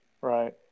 right